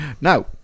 Now